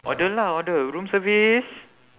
order lah order room service